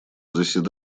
пленарном